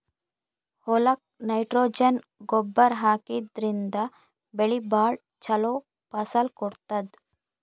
ಹೊಲಕ್ಕ್ ನೈಟ್ರೊಜನ್ ಗೊಬ್ಬರ್ ಹಾಕಿದ್ರಿನ್ದ ಬೆಳಿ ಭಾಳ್ ಛಲೋ ಫಸಲ್ ಕೊಡ್ತದ್